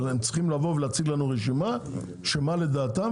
הם צריכים לבוא ולהציג לנו רשימה מה לדעתם,